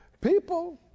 People